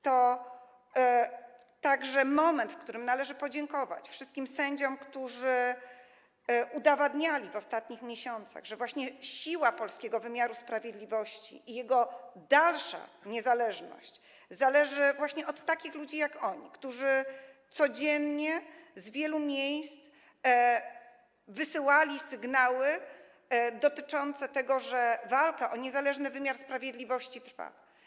To także moment, w którym należy podziękować wszystkim sędziom, którzy w ostatnich miesiącach udowadniali, że siła polskiego wymiaru sprawiedliwości i jego dalsza niezależność zależą właśnie od takich ludzi jak oni, którzy codziennie z wielu miejsc wysyłali sygnały dotyczące tego, że walka o niezależny wymiar sprawiedliwości trwa.